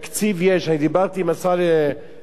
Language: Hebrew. אני דיברתי עם השר לענייני דתות.